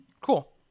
Cool